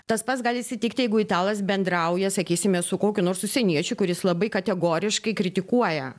tas pats gali atsitikti jeigu italas bendrauja sakysime su kokiu nors užsieniečiu kuris labai kategoriškai kritikuoja